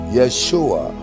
Yeshua